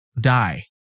die